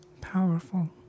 Powerful